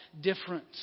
difference